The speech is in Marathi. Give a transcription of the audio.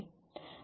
तर येथे